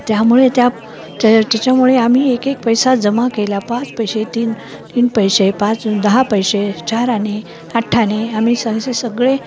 त्यामुळे त्या त्या त्याच्यामुळे आम्ही एक एक पैसा जमा केला पाच पैसे तीन तीन पैसे पाच दहा पैसे चार आणे आठ आणे आम्ही असे सगळे